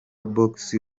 box